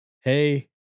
hey